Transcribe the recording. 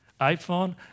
iPhone